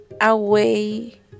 away